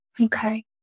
Okay